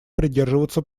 придерживаться